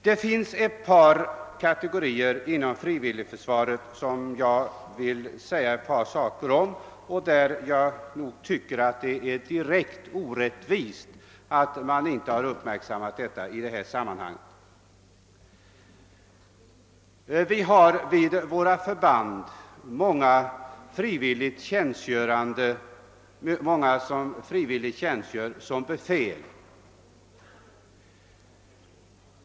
Sedan finns det också ett par andra kategorier inom frivilligförsvaret som jag vill säga några ord om. Jag tycker det är allvarligt att de inte har uppmärksammats i sammanhanget. Vi har vid våra förband många personer som tjänstgör som frivilligt befäl.